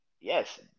yes